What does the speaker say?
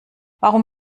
warum